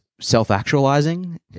self-actualizing